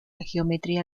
geometría